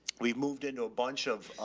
we moved into a bunch of, ah,